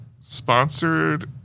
sponsored